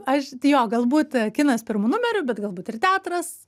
aš jo galbūt kinas pirmu numeriu bet galbūt ir teatras